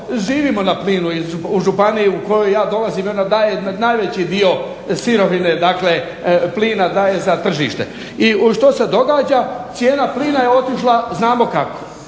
živimo na plinu u županiji iz koje ja dolazim i ona daje najveći dio sirovine, dakle plina daje za tržište. I što se događa? Cijena plina je otišla znamo kako.